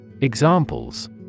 Examples